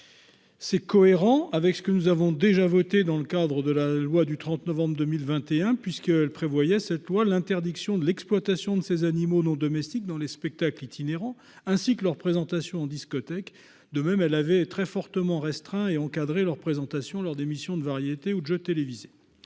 C'est cohérent avec ce que nous avons déjà voté dans le cadre de la loi du 30 novembre 2021, puisque le prévoyait cette loi, l'interdiction de l'exploitation de ces animaux non domestiques dans les spectacles itinérants ainsi que leur présentation en discothèque. De même elle avait très fortement restreint et encadré leur présentation lors d'émissions de variétés ou jeter Élysée.